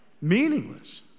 meaningless